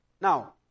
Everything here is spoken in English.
Now